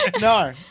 No